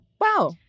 Wow